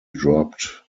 dropped